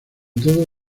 todo